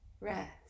rest